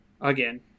Again